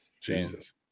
Jesus